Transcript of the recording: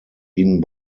ihnen